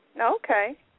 Okay